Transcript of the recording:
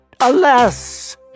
Alas